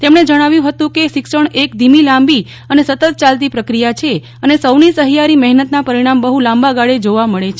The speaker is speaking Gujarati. તેમણે જણાવ્યું હતું કે શિક્ષણ એક ધીમી લાંબી અને સતત ચાલતી પ્રક્રિયા છે અને સૌની સહિયારી મેહનતના પરિણામ બહુ લાંબાગાળે જોવા મળે છે